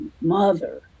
mother